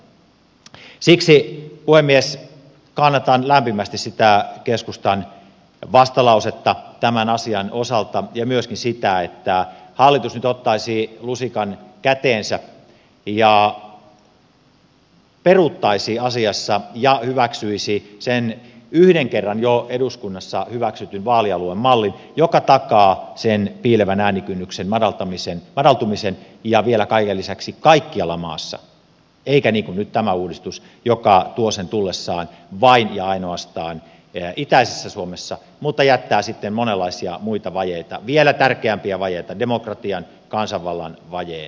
siksi puhemies kannatan lämpimästi sitä keskustan vastalausetta tämän asian osalta ja myöskin sitä että hallitus nyt ottaisi lusikan käteensä ja peruuttaisi asiassa ja hyväksyisi sen yhden kerran jo eduskunnassa hyväksytyn vaalialuemallin joka takaa sen piilevän äänikynnyksen madaltumisen ja vielä kaiken lisäksi kaikkialla maassa eikä ole niin kuin nyt tämä uudistus joka tuo sen tullessaan vain ja ainoastaan itäisessä suomessa mutta jättää sitten monenlaisia muita vajeita vielä tärkeämpiä vajeita demokratian kansanvallan vajeen jäljelle